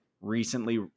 recently